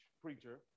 preacher